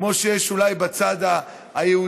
כמו שיש אולי בצד היהודי,